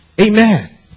Amen